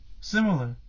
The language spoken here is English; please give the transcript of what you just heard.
similar